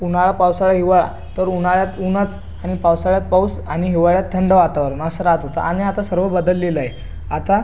उन्हाळा पावसाळा हिवाळा तर उन्हाळ्यात ऊनच अन् पावसाळ्यात पाऊस आणि हिवाळ्यात थंड वातावरण असे राअत होते आणि आता सर्व बदललेलं आहे आता